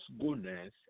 goodness